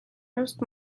just